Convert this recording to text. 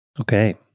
Okay